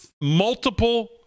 multiple